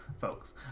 folks